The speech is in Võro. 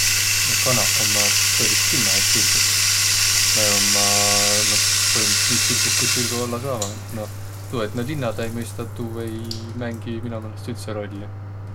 No kanaq ommaq peris kimmähe tsirguq. Nä ommaq noh põhimõttõlidsõlt nii tsirguq, ku tsirguq ollaq saavaq. Et noh, tuu, et nä linnadaq ei mõistaq, tuu ei mängiq mino meelest üldse rolli.